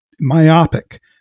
myopic